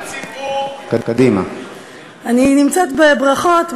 אני נמצאת בברכות.